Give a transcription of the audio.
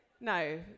No